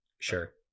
Sure